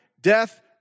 death